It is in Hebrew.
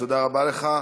תודה רבה לך.